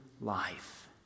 life